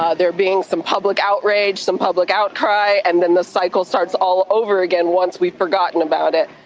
ah there being some public outrage, some public outcry. and then the cycle starts all over again once we've forgotten about it.